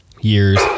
years